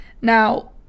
Now